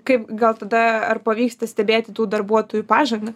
kaip gal tada ar pavyksta stebėti tų darbuotojų pažangą